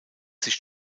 sich